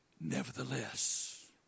Nevertheless